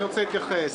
אני רוצה להתייחס.